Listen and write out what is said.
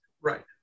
Right